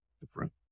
different